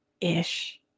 ish